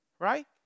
Right